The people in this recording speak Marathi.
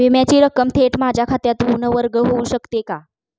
विम्याची रक्कम थेट माझ्या खात्यातून वर्ग होऊ शकते का?